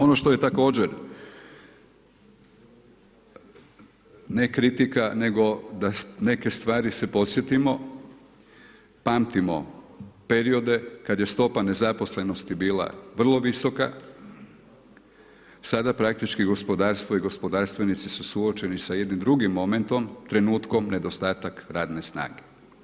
Ono što je također ne kritika nego da neke stvari se podsjetimo, pamtimo periode kad je stopa nezaposlenosti vrlo visoka, sada praktički gospodarstvo i gospodarstvenici su suočeni sa jednim drugim momentom, trenutkom nedostatak radne snage.